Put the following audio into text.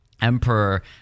emperor